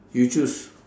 you choose